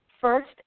first